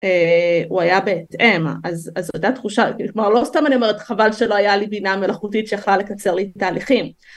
אה... הוא היה בהתאם. אז-אז אותה תחושה, כבר לא סתם אני אומרת, חבל שלא היה לי בינה מלאכותית שיכולה לקצר לי תהליכים.